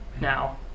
now